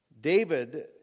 David